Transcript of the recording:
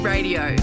Radio